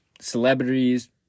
Celebrities